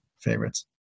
favorites